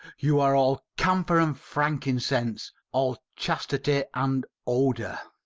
you are all camphire and frankincense, all chastity and odour.